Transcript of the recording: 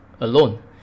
alone